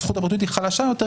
זכויות הפרטיות היא חלשה יותר,